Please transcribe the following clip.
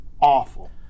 awful